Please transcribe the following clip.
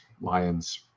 lions